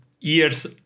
years